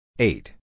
Eight